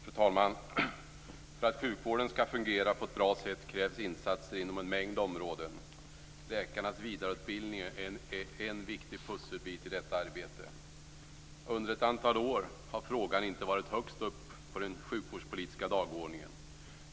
Fru talman! För att sjukvården skall fungera på ett bra sätt krävs insatser inom en mängd områden. Läkarnas vidareutbildning är en viktig pusselbit i detta arbete. Under ett antal år har frågan inte stått högst upp på den sjukvårdspolitiska dagordningen.